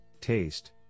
TASTE